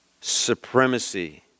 supremacy